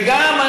וגם,